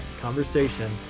conversation